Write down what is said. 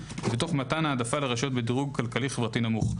ותוך מתן העדפה לרשויות בדירוג כלכלי חברתי נמוך.